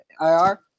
IR